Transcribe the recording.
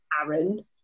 Aaron